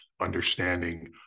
understanding